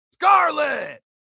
scarlet